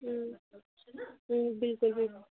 بِلکُل بِلکُل